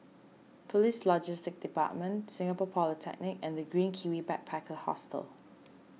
Police Logistics Department Singapore Polytechnic and the Green Kiwi Backpacker Hostel